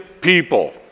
people